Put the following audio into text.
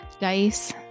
Dice